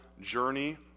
journey